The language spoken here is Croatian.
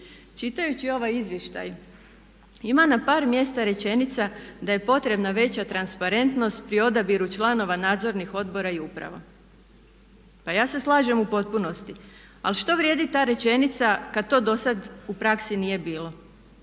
Čitajući ovaj izvještaj ima na par mjesta rečenica da je potrebna veća transparentnost pri odabiru članova nadzornih odbora i uprava. Pa ja se slažem u potpunosti. Ali što vrijedi ta rečenica kad to do sad u praksi nije bilo.